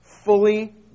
Fully